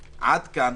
עוד, עד כאן.